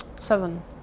Seven